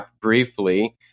briefly